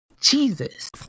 Jesus